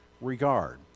regard